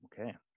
Okay